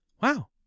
wow